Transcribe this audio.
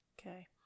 Okay